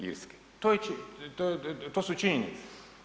Irske, to su činjenice.